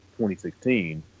2016